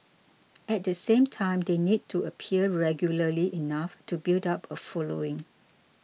at the same time they need to appear regularly enough to build up a following